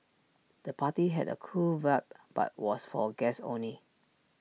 the party had A cool vibe but was for guests only